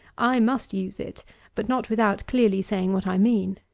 i must use it but not without clearly saying what i mean.